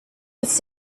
was